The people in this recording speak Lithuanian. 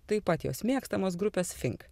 taip pat jos mėgstamos grupės fink